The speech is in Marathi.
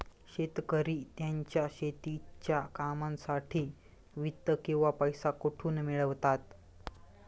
शेतकरी त्यांच्या शेतीच्या कामांसाठी वित्त किंवा पैसा कुठून मिळवतात?